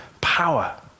power